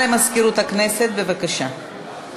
39 בעד, 21 נגד, אחד נמנע.